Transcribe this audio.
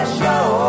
show